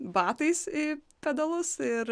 batais į pedalus ir